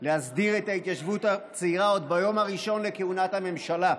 להסדיר את ההתיישבות הצעירה עוד ביום הראשון לכהונת הממשלה,